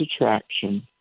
attraction